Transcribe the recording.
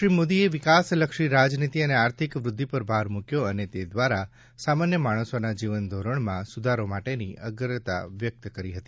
શ્રી મોદીએ વિકાસલક્ષી રાજનીતી અને આર્થિક વ્રદ્વિ પર ભાર મૂક્યો અને તે દ્વારા સામાન્ય માણસોના જીવનધોરણમાં સુધારા માટેના અગ્રતા વ્યકત કરી હતી